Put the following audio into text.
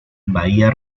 bahía